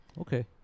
Okay